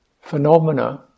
phenomena